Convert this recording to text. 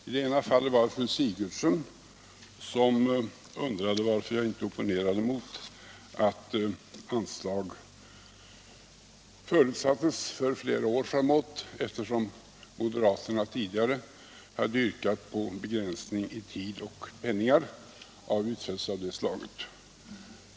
I det ena fallet undrade fru Sigurdsen varför jag inte opponerade mig mot att anslag förutsattes för flera år framåt, då ju moderaterna tidigare hade yrkat på en begränsning i tid och pengar när det gäller utfästelser av det slaget.